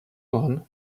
one